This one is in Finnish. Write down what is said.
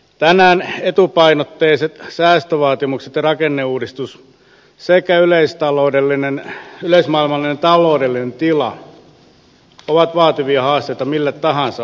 tänään etupainotteiset säästövaatimukset ja rakenneuudistus sekä yleismaailmallinen taloudellinen tila ovat vaativia haasteita mille tahansa organisaatiolle